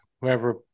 Whoever